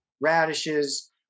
radishes